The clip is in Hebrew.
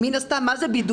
מן הסתם, מה זה בידוד?